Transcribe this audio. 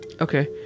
Okay